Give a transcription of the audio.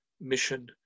mission